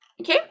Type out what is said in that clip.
okay